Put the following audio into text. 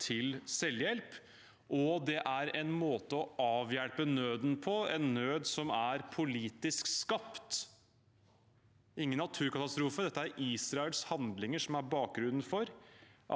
til selvhjelp, og det er en måte å avhjelpe nøden på, en nød som er politisk skapt. Dette er ingen naturkatastrofe, det er Israels handlinger som er bakgrunnen for